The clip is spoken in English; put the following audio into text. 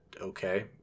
Okay